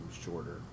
shorter